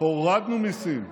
הורדנו מיסים.